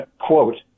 quote